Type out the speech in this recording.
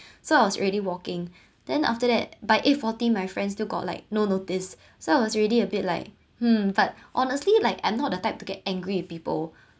so I was already walking then after that by eight forty my friends still got like no notice so I was already a bit like hmm but honestly like I'm not the type to get angry with people